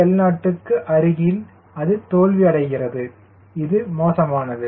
VL0க்கு அருகில் அது தோல்வியடைகிறது இது மோசமானது